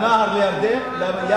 מהנהר לירדן, לים?